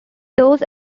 those